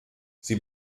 sie